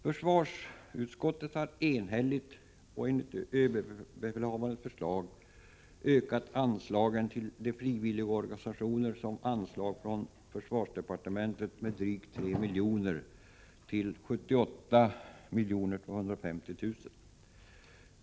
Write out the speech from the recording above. Försvarsutskottet har enhälligt och enligt ÖB:s förslag ökat anslagen till de frivilligorganisationer som får anslag från försvarsdepartementet med drygt 3 milj.kr. till 78 250 000 kr.